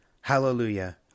Hallelujah